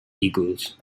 eagles